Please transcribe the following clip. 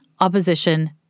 opposition